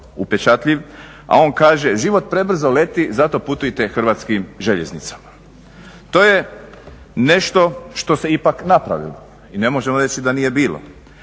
a on kaže "Život prebrzo leti zato putujte Hrvatskim željeznicama". To je nešto što se ipak napravili i ne možemo reći da nije bilo,